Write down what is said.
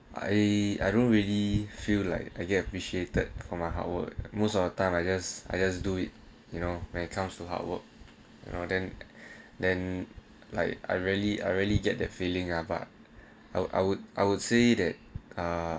I I don't really feel like I you appreciated for my hard work most of the time I just I just do it you know when it comes to hard work you know then then like I really I really get that feeling ah but I would I would I would say that uh